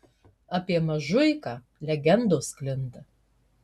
apie mažuiką legendos sklinda